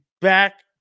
back